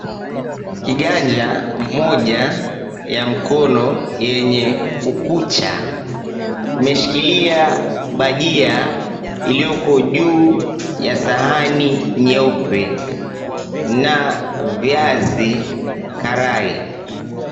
Kiganja moja ya mkono yenye ukucha imeshikilia bajia ilioko juu ya sahani nyeupe na viazi karai.